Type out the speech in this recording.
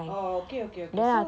oh okay okay okay so